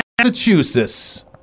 Massachusetts